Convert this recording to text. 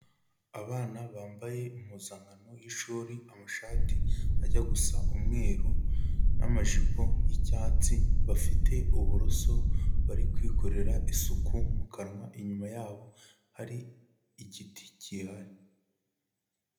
Abana bambaye impuzankano y'ishuri, amashati ajya gusa umweru n'amajipo y'icyatsi; bafite uburoso, bari kwikorera isuku mu kanwa; inyuma yabo hari igiti gihari.